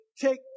take